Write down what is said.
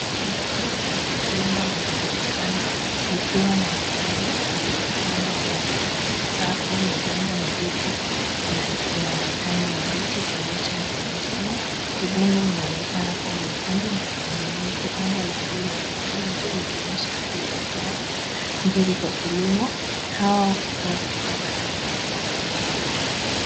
Shamba kubwa la migomba linaonekana likiwa na mimea iliyopandwa kwa safu. Migomba mirefu na ina majani mabichi ikionyesha afya njema, udongo unaonekana kuwa mwekundu na unyevu. Anga la bluu linaonekana juu likionyesha hali ya hewa nzuri kwa kilimo, hao.